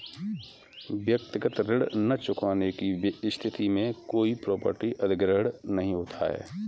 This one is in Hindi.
व्यक्तिगत ऋण न चुकाने की स्थिति में कोई प्रॉपर्टी अधिग्रहण नहीं होता